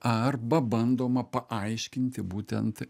arba bandoma paaiškinti būtent